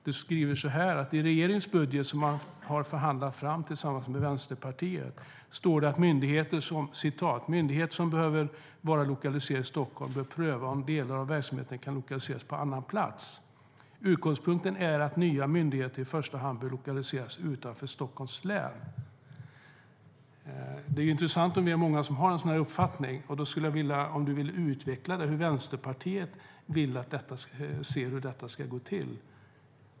Du skriver att i regeringens budget, som man har förhandlat fram tillsammans med Vänsterpartiet, står det: "Myndigheter som behöver vara lokaliserade i Stockholm bör pröva om delar av verksamheten kan lokaliseras på annan plats. Utgångspunkten är att nya myndigheter i första hand bör lokaliseras utanför Stockholms län. "Det är intressant om det är många som har en sådan uppfattning. Jag skulle vilja att du utvecklar hur Vänsterpartiet vill se att detta ska gå till.